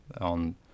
on